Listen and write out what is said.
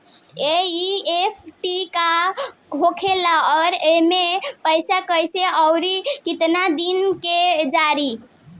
NEFT का होखेला और ओसे पैसा कैसे आउर केतना दिन मे जायी?